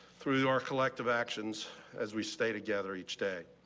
through our collective actions as we stay together each day.